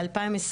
ב-2021: